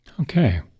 Okay